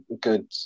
good